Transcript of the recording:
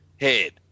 head